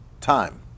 time